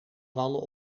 vallen